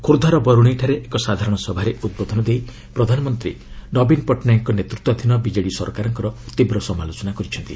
ଖୋର୍ଦ୍ଧାର ବରୁଣେଇଠାରେ ଏକ ସାଧାରଣ ସଭାରେ ଉଦ୍ବୋଧନ ଦେଇ ପ୍ରଧାନମନ୍ତ୍ରୀ ନବୀନ ପଟ୍ଟନାୟକଙ୍କ ନେତୃତ୍ୱାଧୀନ ବିଜେଡି ସରକାରଙ୍କର ତୀବ୍ର ସମାଲୋଚନା କରିଛନ୍ତି